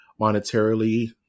monetarily